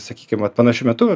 sakykim vat panašiu metu